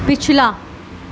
پچھلا